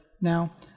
now